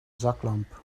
zaklamp